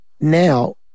Now